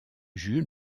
jules